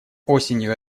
осенью